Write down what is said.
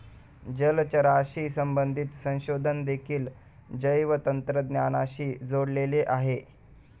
जलचराशी संबंधित संशोधन देखील जैवतंत्रज्ञानाशी जोडलेले आहे